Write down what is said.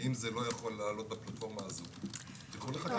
ואם זה לא יכול לעלות בפלטפורמה הזו זה יכול לחכות.